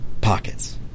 pockets